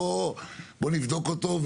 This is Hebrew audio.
בואו נבדוק אותו,